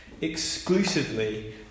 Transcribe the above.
exclusively